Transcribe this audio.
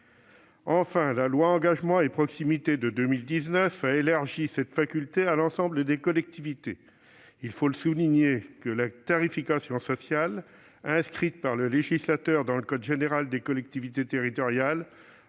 Enfin, la loi Engagement et proximité de 2019 a élargi cette faculté à l'ensemble des collectivités. La tarification sociale inscrite par le législateur dans le code général des collectivités territoriales-